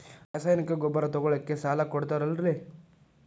ರಾಸಾಯನಿಕ ಗೊಬ್ಬರ ತಗೊಳ್ಳಿಕ್ಕೆ ಸಾಲ ಕೊಡ್ತೇರಲ್ರೇ?